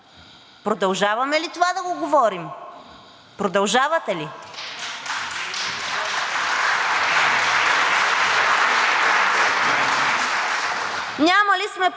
Продължаваме ли това да го говорим? Продължавате ли?